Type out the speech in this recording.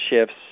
shifts